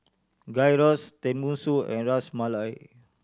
Gyros Tenmusu and Ras Malai